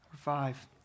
five